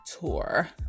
Tour